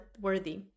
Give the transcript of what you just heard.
worthy